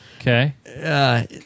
Okay